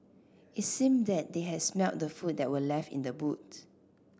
it seemed that they had smelt the food that were left in the boot